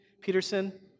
Peterson